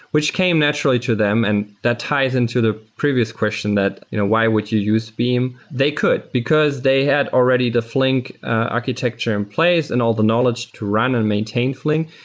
which came naturally to them, and that ties into the previous question that why would you use beam? they could, because they had already the flink architecture in place and all the knowledge to run and maintain flink.